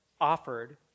offered